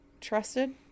trusted